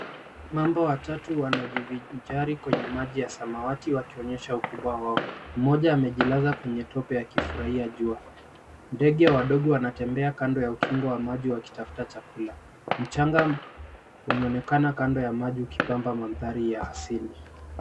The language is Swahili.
Mamba watatu wanajivinjari kwenye maji ya samawati wakionyesha ukubwa wao. Mmoja amejilaza kwenye tope wakifurahia jua. Ndege wadogo wanatembea kando ya kingo wa maji wakitafuta chakula. Mchanga umeonekana kando ya maji ukipamba mandhari ya asili.